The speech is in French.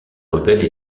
rebelles